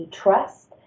trust